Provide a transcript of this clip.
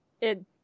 it-